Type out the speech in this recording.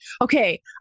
okay